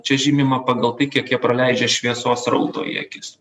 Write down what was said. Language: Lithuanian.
čia žymima pagal tai kiek jie praleidžia šviesos srauto į akis